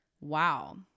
Wow